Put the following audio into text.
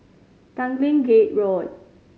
Tanglin Gate Road